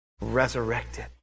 resurrected